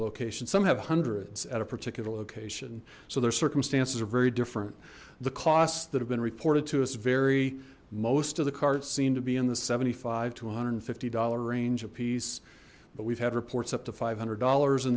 location some have hundreds at a particular location so their circumstances are very different the costs that have been reported to us very most of the carts seem to be in the seventy five to one hundred and fifty dollar range apiece but we've had reports up to five hundred dollars in